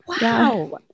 Wow